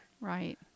right